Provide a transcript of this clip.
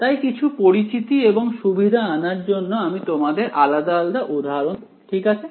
তাই কিছু পরিচিতি এবং সুবিধা আনার জন্য আমি তোমাদের আলাদা আলাদা উদাহরণ দেখাবো ঠিক আছে